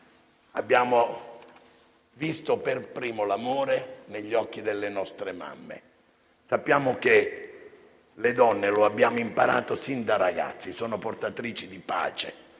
abbiamo visto per primo l'amore negli occhi delle nostre mamme. Le donne - lo abbiamo imparato fin da ragazzi - sono portatrici di pace,